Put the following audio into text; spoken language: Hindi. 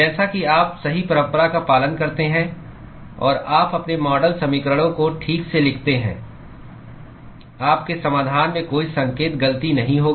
जैसा कि आप सही परंपरा का पालन करते हैं और आप अपने मॉडल समीकरणों को ठीक से लिखते हैं आपके समाधान में कोई संकेत गलती नहीं होगी